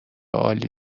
عالی